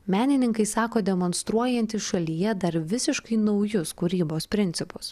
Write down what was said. menininkai sako demonstruojantys šalyje dar visiškai naujus kūrybos principus